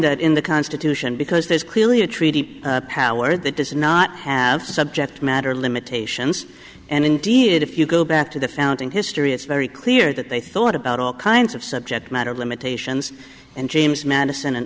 that in the constitution because there's clearly a treaty power that does not have subject matter limitations and indeed if you go back to the founding history it's very clear that they thought about all kinds of subject matter limitations and james madison and